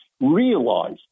realize